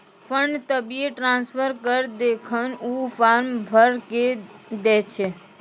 fund तभिये transfer करऽ जेखन ऊ फॉर्म भरऽ के दै छै